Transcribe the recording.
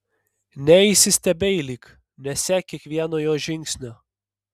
neįsistebeilyk nesek kiekvieno jo žingsnio